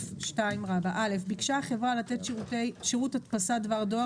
5א2. ביקשה החברה לתת שירות הדפסת דבר דואר,